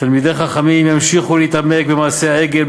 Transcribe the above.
תלמידי חכמים ימשיכו להתעמק במעשה העגל,